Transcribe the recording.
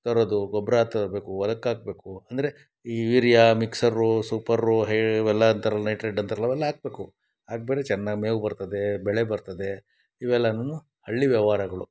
ತರೋದು ಗೊಬ್ಬರ ತರಬೇಕು ಹೊಲಕ್ ಹಾಕ್ಬೇಕು ಅಂದರೆ ಈ ಯೂರಿಯಾ ಮಿಕ್ಸರ್ರು ಸೂಪರ್ರು ಹೇ ಇವೆಲ್ಲ ಅಂತಾರಲ್ಲ ನೈಟ್ರೇಟ್ ಅಂತಾರಲ್ಲ ಅವೆಲ್ಲ ಹಾಕ್ಬೇಕು ಹಾಕ್ದ್ರೆ ಚೆನ್ನಾಗಿ ಮೇವು ಬರ್ತದೆ ಬೆಳೆ ಬರ್ತದೆ ಇವೆಲ್ಲನು ಹಳ್ಳಿ ವ್ಯವಹಾರಗಳು